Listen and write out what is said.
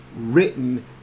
written